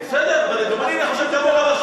רשות דיבור.